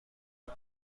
تخم